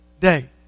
day